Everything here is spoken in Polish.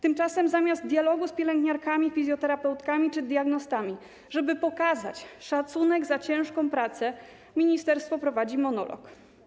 Tymczasem zamiast dialogu z pielęgniarkami, fizjoterapeutkami czy diagnostami, w ramach okazania im szacunku za ciężką pracę, ministerstwo prowadzi monolog.